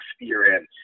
experience